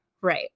Right